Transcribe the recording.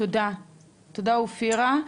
תודה אפירה.